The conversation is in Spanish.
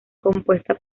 compuesta